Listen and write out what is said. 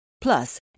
Plus